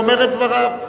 הוא אומר את דבריו.